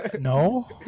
no